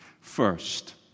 First